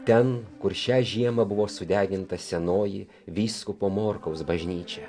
ten kur šią žiemą buvo sudeginta senoji vyskupo morkaus bažnyčia